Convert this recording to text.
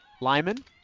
Lyman